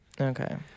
Okay